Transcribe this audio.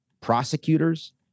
prosecutors